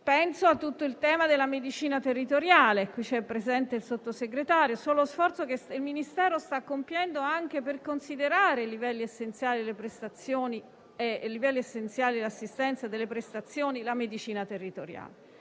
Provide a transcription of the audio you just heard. Penso al tema della medicina territoriale - è qui presente il Sottosegretario - e allo sforzo che il Ministero sta compiendo per considerare i livelli essenziali di assistenza e delle prestazioni nella medicina territoriale.